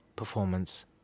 Performance